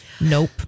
Nope